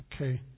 Okay